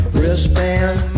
wristband